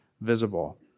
visible